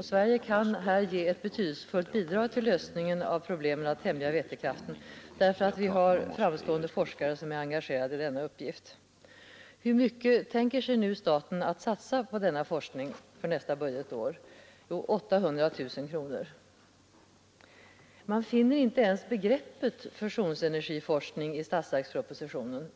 Sverige kan här ge ett betydelsefullt bidrag till lösningen av problemen att tämja vätekraften därför att vi har framstående forskare som är engagerade i denna uppgift. Hur mycket tänker nu staten satsa på denna forskning för nästa budgetår? Jo, 800 000 kronor! Man finner inte ens begreppet fusionsenergiforskning i statsverkspropositionen.